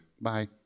Bye